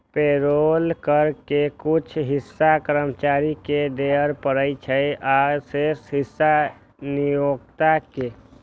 payroll कर के कुछ हिस्सा कर्मचारी कें देबय पड़ै छै, आ शेष हिस्सा नियोक्ता कें